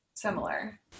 similar